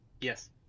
Yes